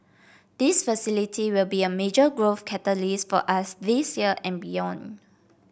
this facility will be a major growth catalyst for us this year and beyond